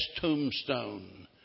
tombstone